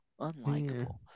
unlikable